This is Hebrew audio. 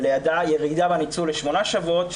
ולידה ירידה בניצול לשמונה שבועות.